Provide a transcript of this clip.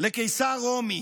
לקיסר רומי.